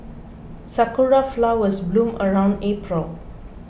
sakura flowers bloom around April